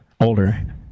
older